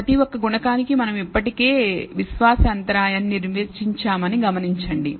ప్రతి ఒక్క గుణకానికి మనం ఇప్పటికే విశ్వాస అంతరాయాన్ని నిర్వచించామని గమనించండి